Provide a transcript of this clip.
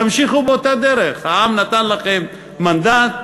תמשיכו באותה דרך, העם נתן לכם מנדט,